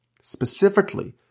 specifically